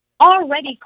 already